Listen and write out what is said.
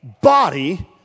body